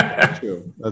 true